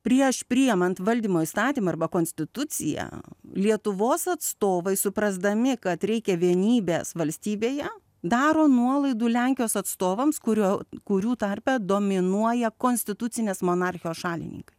prieš priimant valdymo įstatymą arba konstituciją lietuvos atstovai suprasdami kad reikia vienybės valstybėje daro nuolaidų lenkijos atstovams kurio kurių tarpe dominuoja konstitucinės monarchijos šalininkai